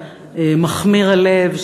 מכמיר הלב,